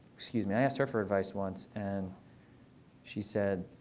excuse me. i asked her for advice once. and she said,